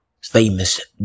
famous